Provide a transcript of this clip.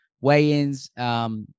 weigh-ins